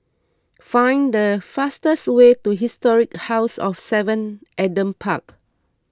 find the fastest way to Historic House of Seven Adam Park